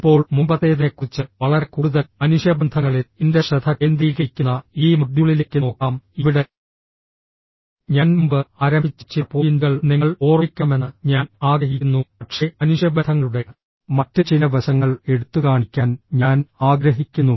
ഇപ്പോൾ മുമ്പത്തേതിനെക്കുറിച്ച് വളരെ കൂടുതൽ മനുഷ്യബന്ധങ്ങളിൽ എന്റെ ശ്രദ്ധ കേന്ദ്രീകരിക്കുന്ന ഈ മൊഡ്യൂളിലേക്ക് നോക്കാം ഇവിടെ ഞാൻ മുമ്പ് ആരംഭിച്ച ചില പോയിന്റുകൾ നിങ്ങൾ ഓർമ്മിക്കണമെന്ന് ഞാൻ ആഗ്രഹിക്കുന്നു പക്ഷേ മനുഷ്യബന്ധങ്ങളുടെ മറ്റ് ചില വശങ്ങൾ എടുത്തുകാണിക്കാൻ ഞാൻ ആഗ്രഹിക്കുന്നു